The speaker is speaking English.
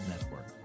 Network